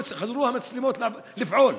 חזרו המצלמות לפעול.